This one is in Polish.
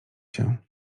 się